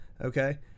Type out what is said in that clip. Okay